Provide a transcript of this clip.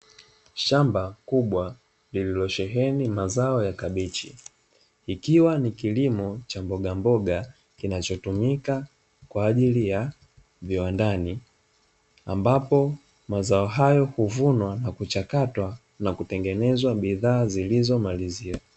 Shamba kubwa lililosheheni mazao ya kabichi ikiwa ni kilimo cha mbogamboga kinachotumika kwa ajili ya viwandani, ambapo mazao hayo huvunwa na kuchakatwa na kutengenezwa bidhaa zilizomalizia.